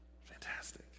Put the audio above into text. fantastic